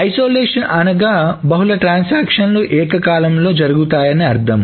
isolation అనగా బహుళ ట్రాన్సాక్షన్లు ఏకకాలంలో జరుగుతాయని అర్థం